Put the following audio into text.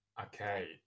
Okay